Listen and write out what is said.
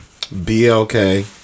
BLK